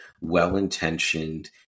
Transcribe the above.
well-intentioned